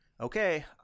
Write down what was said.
okay